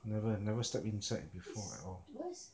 never never step inside before at all